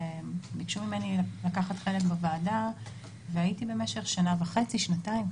וביקשו ממני לקחת חלק בוועדה והייתי בזה במשך שנה וחצי-שנתיים,